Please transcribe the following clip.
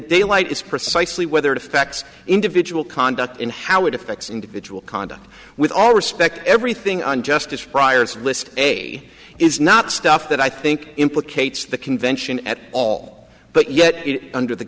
daylight is precisely whether it affects individual conduct in how it effects individual conduct with all respect everything and justice prior to list a is not stuff that i think implicates the convention at all but yet under the